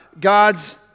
God's